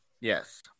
Yes